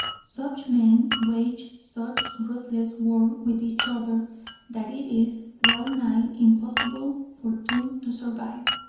such men wage such ruthless war with each other that it is well-nigh impossible for two to survive.